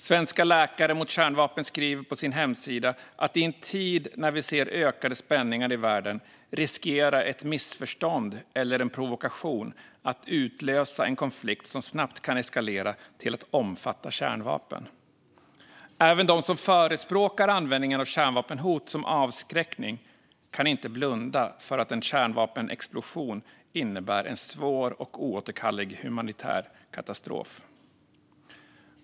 Svenska Läkare mot Kärnvapen skriver på sin hemsida: "I en tid när vi ser ökade spänningar i världen riskerar ett missförstånd eller en provokation att utlösa en konflikt som snabbt kan eskalera till att omfatta kärnvapen." Även de som förespråkar användningen av kärnvapenhot som avskräckning kan inte blunda för att en kärnvapenexplosion innebär en svår och oåterkallelig humanitär katastrof.